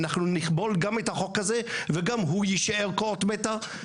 אנחנו נכבול גם את החוק הזה וגם הוא יישאר כאות מתה,